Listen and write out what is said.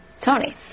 Tony